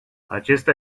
acesta